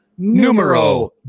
Numero